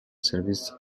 service